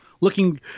looking